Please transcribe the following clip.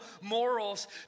morals